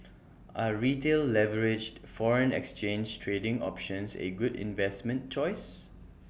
are retail leveraged foreign exchange trading options A good investment choice